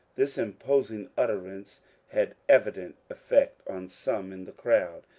this imposing utterance had evident effect on some in the crowd.